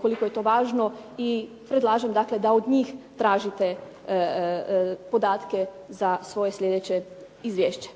koliko je to važno i predlažem dakle da od njih tražite podatke za svoje sljedeće izvješće.